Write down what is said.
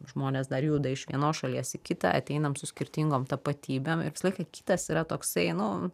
žmonės dar juda iš vienos šalies į kitą ateinam su skirtingom tapatybėm ir visą laiką kitas yra toksai nu